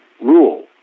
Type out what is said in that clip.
rule